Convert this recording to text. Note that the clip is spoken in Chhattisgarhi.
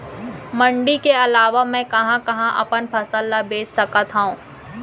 मण्डी के अलावा मैं कहाँ कहाँ अपन फसल ला बेच सकत हँव?